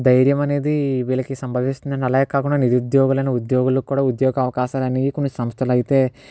ధైర్యం అనేది వీళ్ళకి సంభవిస్తుందండి అలాగే కాకుండా నిరుద్యోగులను ఉద్యోగులు కూడా ఉద్యోగ అవకాశాలు అనేవి కొన్ని సంస్థలు అయితే